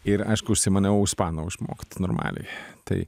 ir aišku užsimaniau ispanų išmokt normaliai tai